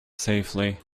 safely